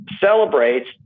celebrates